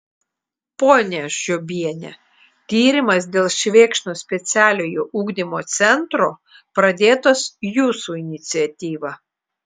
ponia žiobiene tyrimas dėl švėkšnos specialiojo ugdymo centro pradėtas jūsų iniciatyva